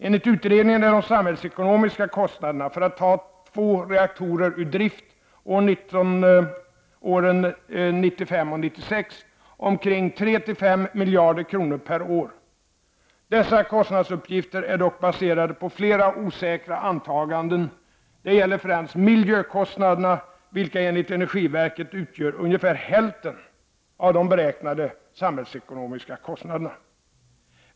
Enligt utredningen är de samhällsekonomiska kostnaderna för att ta två reaktorer ur drift åren 1995 och 1996 omkring 3-5 miljarder kronor per år. Dessa kostnadsuppgifter är dock baserade på flera osäkra antaganden. Det gäller främst miljökostnaderna, vilka enligt energiverket utgör ungefär hälften av de beräknade samhällsekonomiska kostnaderna.